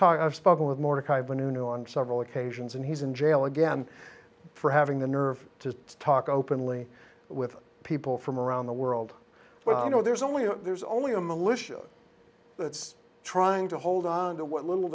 talked i've spoken with mordechai vanunu on several occasions and he's in jail again for having the nerve to talk openly with people from around the world but i know there's only there's only a militia that's trying to hold on to what little